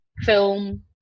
film